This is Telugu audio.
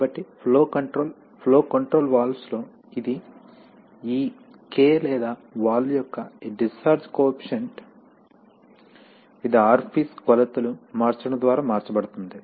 కాబట్టి flow control flow control valves లో ఇది ఈ K లేదా వాల్వ్ యొక్క ఈ డిశ్చార్జ్ కోఎఫిసిఎంట్ ఇది ఆర్ఫీస్ కొలతలు మార్చడం ద్వారా మార్చబడుతుంది